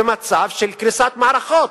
במצב של קריסת מערכות,